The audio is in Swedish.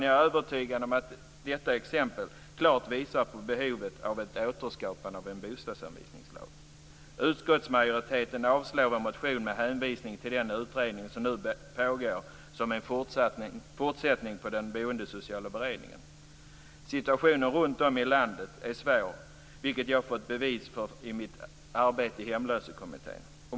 Jag är övertygad om att detta exempel klart visar på behovet av ett återskapande av en bostadsanvisningslag. Utskottsmajoriteten avslår vår motion med hänvisning till den utredning som nu pågår och som är en fortsättning på den boendesociala beredningen. Situationen runtom i landet är svår, vilket jag har fått bevis för i mitt arbete i Hemlösekommittén.